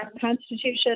Constitution